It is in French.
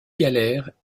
galères